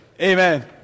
Amen